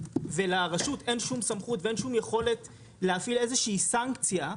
ולרשות אין שום סמכות ואין שום יכולת להפעיל איזושהי סנקציה,